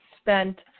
spent